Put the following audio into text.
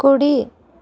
కుడి